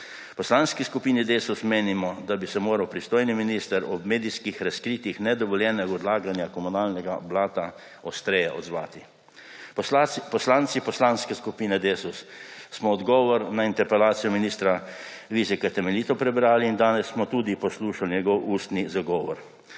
Poslanski skupini Desus menimo, da bi se moral pristojni minister ob medijskih razkritjih nedovoljenega odlaganja komunalnega blata ostreje odzvati. Poslanci Poslanske skupine Desus smo odgovor na interpelacijo ministra Vizjaka temeljito prebrali in danes smo tudi poslušali njegov ustni zagovor.